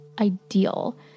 ideal